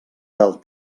del